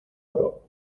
oro